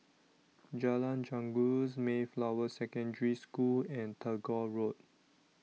Jalan Janggus Mayflower Secondary School and Tagore Road